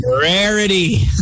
rarity